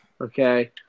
okay